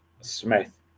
Smith